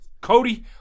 Cody